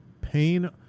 pain